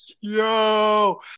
yo